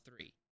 three